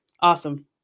Awesome